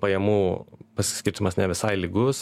pajamų paskirstymas nevisai lygus